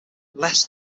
less